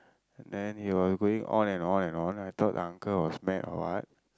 then he was going on and on and on I thought the uncle was mad or what